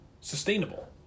Sustainable